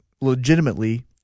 legitimately